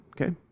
okay